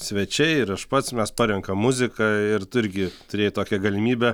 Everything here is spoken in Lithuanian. svečiai ir aš pats mes parenkam muziką ir tu irgi turi tokią galimybę